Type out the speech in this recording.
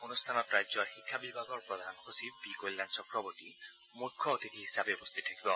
অনুষ্ঠানত ৰাজ্যৰ শিক্ষা বিভাগৰ প্ৰধান সচিব বি কল্যাণ চক্ৰৱৰ্তী মুখ্য অতিথি হিচাপে উপস্থিত থাকিব